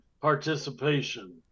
participation